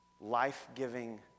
life-giving